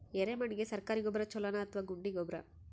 ಎರೆಮಣ್ ಗೆ ಸರ್ಕಾರಿ ಗೊಬ್ಬರ ಛೂಲೊ ನಾ ಅಥವಾ ಗುಂಡಿ ಗೊಬ್ಬರ?